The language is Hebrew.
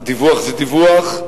דיווח זה דיווח,